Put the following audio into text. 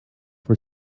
for